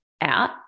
out